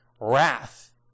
wrath